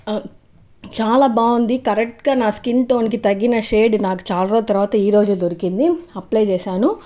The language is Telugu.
చాలా బాగుంది కరెక్ట్గా నా స్కిన్ టోన్కి తగిన షేడ్ నాకు చాలా రోజుల తర్వాత ఈరోజే దొరికింది అప్లై చేశాను